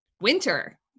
winter